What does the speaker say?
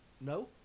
No